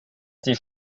sie